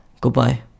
Goodbye